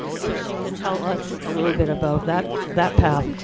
so she can tell us a little bit about that that path,